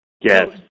Yes